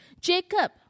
Jacob